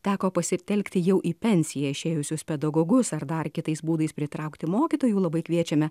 teko pasitelkti jau į pensiją išėjusius pedagogus ar dar kitais būdais pritraukti mokytojų labai kviečiame